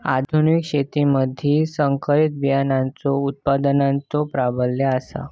आधुनिक शेतीमधि संकरित बियाणांचो उत्पादनाचो प्राबल्य आसा